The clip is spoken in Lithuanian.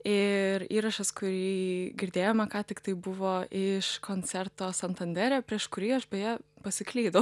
ir įrašas kurį girdėjome ką tiktai buvo iš koncerto santandere prieš kurį aš beje pasiklydau